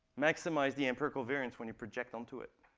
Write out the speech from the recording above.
maximized the empirical variance when you project onto it.